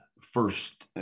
first